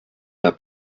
der